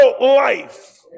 life